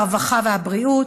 הרווחה והבריאות.